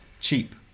cheap